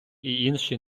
інші